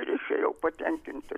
ir išėjau patenkintas